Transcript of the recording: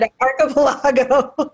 archipelago